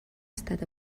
estat